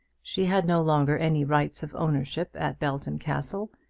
she had no longer any rights of ownership at belton castle,